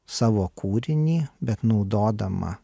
savo kūrinį bet naudodama